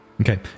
Okay